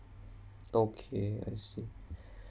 okay I see